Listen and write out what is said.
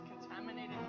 contaminated